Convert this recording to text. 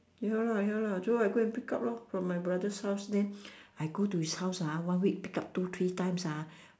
ya lah ya lah so I go and pick up lor from my brother's house then I go to his house ah one week pick up two three times ah